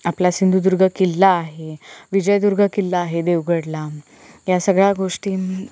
आपला सिंधुदुर्ग किल्ला आहे विजयदुर्ग किल्ला आहे देवगडला या सगळ्या गोष्टी